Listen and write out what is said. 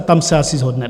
Tam se asi shodneme.